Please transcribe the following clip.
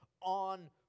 on